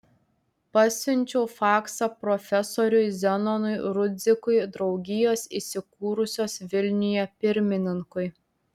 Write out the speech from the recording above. pasiunčiau faksą profesoriui zenonui rudzikui draugijos įsikūrusios vilniuje pirmininkui